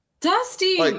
dusty